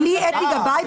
אני אתי גבאי,